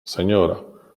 seniora